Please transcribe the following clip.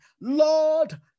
Lord